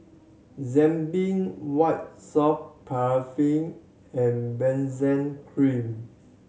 Zappy White Soft Paraffin and Benzac Cream